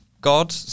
God